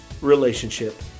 relationship